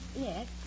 Yes